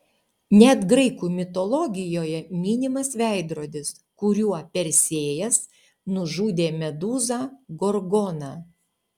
net graikų mitologijoje minimas veidrodis kuriuo persėjas nužudė medūzą gorgoną